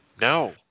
No